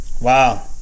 Wow